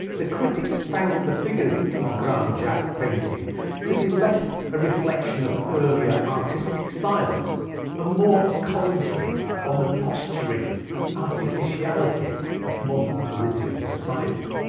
the critics found the figures in the grande jatte painting to be less a reflection of earlier artistic styles and ah more a commentary on the posturing and artificiality of modern parisian society.